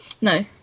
No